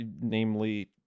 namely